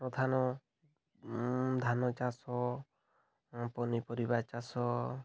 ପ୍ରଧାନ ଧାନ ଚାଷ ପନିପରିବା ଚାଷ